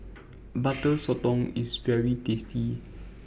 Butter Sotong IS very tasty